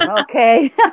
Okay